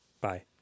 Bye